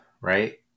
right